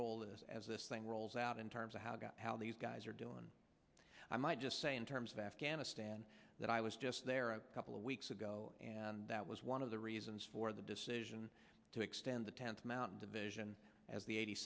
this as this thing rolls out in terms of how god how these guys are doing i might just say in terms of afghanistan that i was just there a couple of weeks ago and that was one of the reasons for the decision to extend the tenth mountain division as the eighty